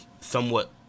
somewhat